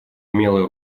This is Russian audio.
умелое